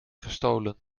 gestolen